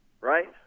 right